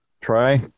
try